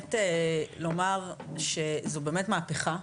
ובאמת לומר שזו באמת מהפכה,